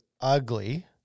ugly